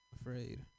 Afraid